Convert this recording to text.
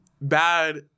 bad